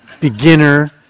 beginner